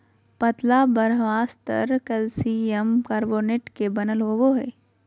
पतला बाह्यस्तर calcium carbonate के बनल होबो हइ